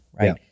right